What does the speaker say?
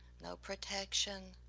no protection,